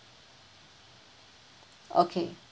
okay